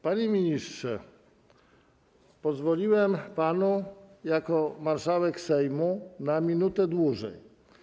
Panie ministrze, pozwoliłem panu jako marszałek Sejmu mówić minutę dłużej.